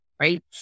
right